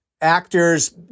actors